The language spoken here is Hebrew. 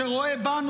שרואה בנו,